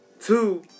Two